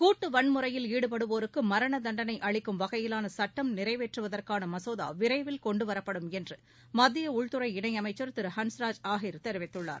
கூட்டுவன்முறையில் ஈடுபடுவோருக்குமரணதண்டனைஅளிக்கும் வகையிலானசட்டம் நிறைவேற்றுவதற்கானமசோதாவிரைவில் கொண்டுவரப்படும் என்றுமத்தியஉள்துறை இணையமைச்சர் திருஹன்ஸ்ராஜ் அஹிர் தெரிவித்துள்ளார்